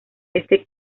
éste